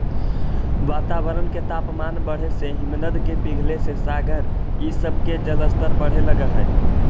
वातावरण के तापमान बढ़े से हिमनद के पिघले से सागर इ सब के जलस्तर बढ़े लगऽ हई